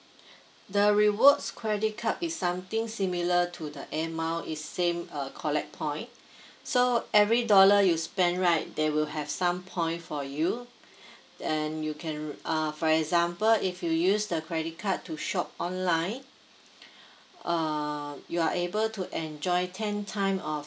the rewards credit card is something similar to the air mile is same uh collect point so every dollar you spend right there will have some point for you and you can uh for example if you use the credit card to shop online uh you are able to enjoy ten time of